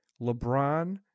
LeBron